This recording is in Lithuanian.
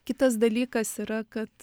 kitas dalykas yra kad